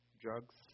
drugs